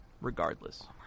Regardless